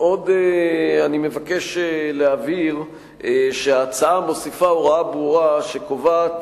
עוד אני מבקש להבהיר שההצעה מוסיפה הוראה ברורה שקובעת